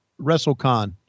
WrestleCon